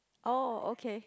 oh okay